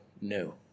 no